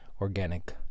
organic